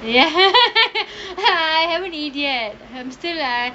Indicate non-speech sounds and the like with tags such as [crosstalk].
ya [laughs] I haven't eat yet I'm still ah